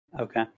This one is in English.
Okay